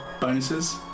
bonuses